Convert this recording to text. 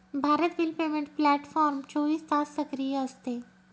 Bharat bill payment platform चोवीस तास सक्रिय असते